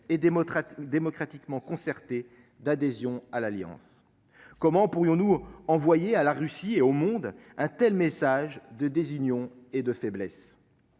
démocratiquement, concertés d'adhésion à l'Alliance, comment pourrions-nous envoyer à la Russie et au monde, un tel message de désunion et de faiblesse,